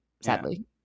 sadly